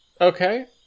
okay